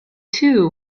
too